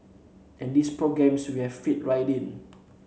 and these programmes we have fit right in